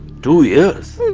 two years?